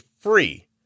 free